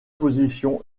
position